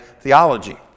Theology